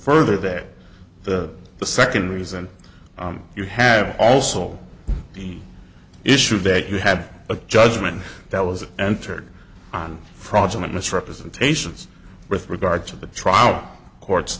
further that the the second reason you have also the issue that you have a judgment that was entered on fraudulent misrepresentations with regard to the trial court's